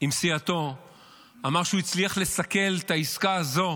עם סיעתו אמר שהוא הצליח לסכל את העסקה הזאת